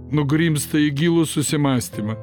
nugrimzta į gilų susimąstymą